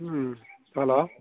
hello